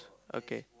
okay